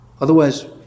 Otherwise